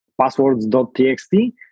passwords.txt